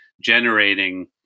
generating